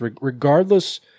regardless